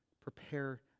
prepare